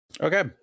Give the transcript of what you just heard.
Okay